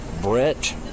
Brett